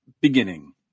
beginning